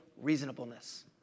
reasonableness